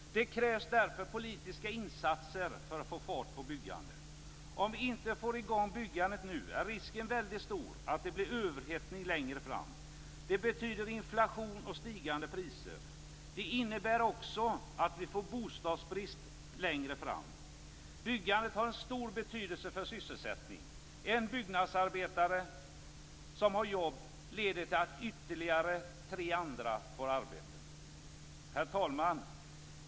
Det krävs därför politiska insatser för att få fart på byggandet. Om vi inte får i gång byggandet nu är risken väldigt stor att det blir överhettning längre fram. Det betyder inflation och stigande priser. Det innebär också att vi får bostadsbrist längre fram. Byggandet har en stor betydelse för sysselsättningen. Att en byggnadsarbetare har jobb leder till att tre andra får arbete. Herr talman!